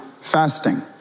fasting